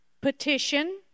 petition